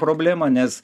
problemą nes